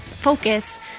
focus